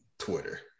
Twitter